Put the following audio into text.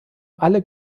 alle